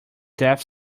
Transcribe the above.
death